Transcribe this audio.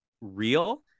real